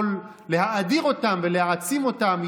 להאדיר אותם ולהעצים אותם,